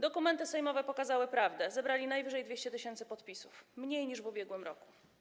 Dokumenty sejmowe pokazały prawdę: zebrali najwyżej 200 tys. podpisów, mniej niż w ubiegłym roku.